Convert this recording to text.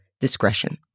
discretion